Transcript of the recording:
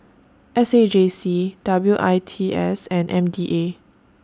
S A J C W I T S and M D A